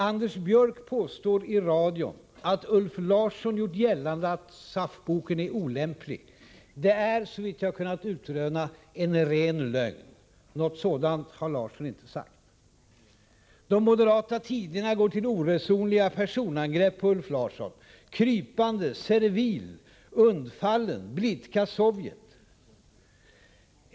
Anders Björck påstår i radion att Ulf Larsson har gjort gällande att SAF-boken är olämplig. Det är såvitt jag kunnat utröna en ren lögn. Något sådant har Larsson icke sagt. De moderata tidningarna går till oresonliga personangrepp på Ulf Larsson: ”krypande, servil, undfallen”, ”blidka Sovjet”.